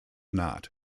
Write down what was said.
not